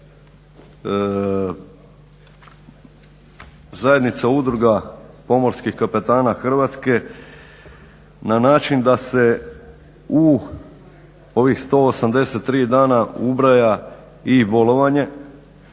Zajednica udruga pomorskih kapetana Hrvatske na način da se u ovih 183 dana ubraja i bolovanje,